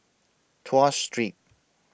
Tuas Street